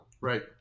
Right